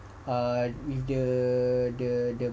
uh with the the the